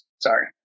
sorry